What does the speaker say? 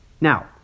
Now